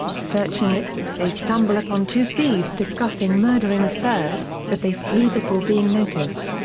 searching it, they stumble upon two thieves discussing murdering a third, but they flee before being noticed.